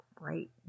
right